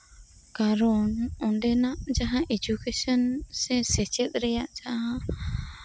ᱠᱟᱨᱚᱱ ᱚᱱᱰᱮᱱᱟᱜ ᱡᱟᱸᱦᱟ ᱮᱰᱩᱠᱮᱥᱚᱱ ᱥᱮ ᱥᱮᱪᱮᱫ ᱨᱮᱭᱟᱜ ᱡᱟᱸᱦᱟ